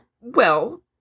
Well